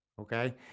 Okay